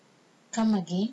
come again